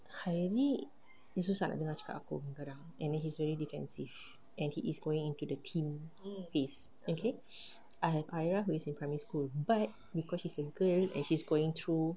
hairi dia susah nak dengar cakap aku kadang-kadang and he is very defensive and he is going into the teen phase okay I have aira who is in primary school but because she's a girl and she is going through